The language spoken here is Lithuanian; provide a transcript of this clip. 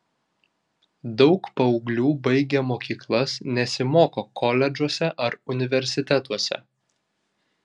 daug paauglių baigę mokyklas nesimoko koledžuose ar universitetuose